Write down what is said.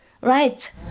Right